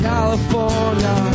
California